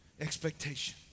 Expectation